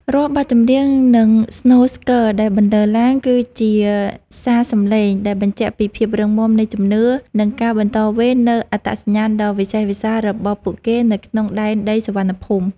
រាល់បទចម្រៀង និងស្នូរស្គរដែលបន្លឺឡើង គឺជាសារសំឡេងដែលបញ្ជាក់ពីភាពរឹងមាំនៃជំនឿ និងការបន្តវេននូវអត្តសញ្ញាណដ៏វិសេសវិសាលរបស់ពួកគេនៅក្នុងដែនដីសុវណ្ណភូមិ។